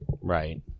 Right